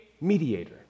mediator